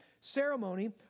Ceremony